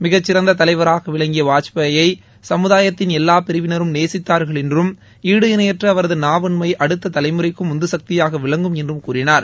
மிகச்சிறந்த தலைவராக விளங்கிய வாஜ்பாயை சமுதாயத்தின் எல்லா பிரிவினரும் நேசித்தார்கள் என்றும் ஈடு இணையற்ற அவரது நாவன்மை அடுத்த தலைமுறைக்கும் உந்து சக்தியாக விளங்கும் என்றும் கூறினார்